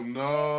no